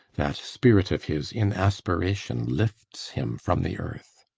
that spirit of his in aspiration lifts him from the earth.